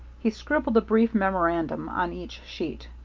he scribbled a brief memorandum on each sheet.